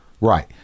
right